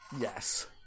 Yes